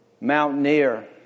mountaineer